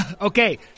Okay